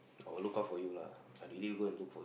I will look out for you lah I really go and look for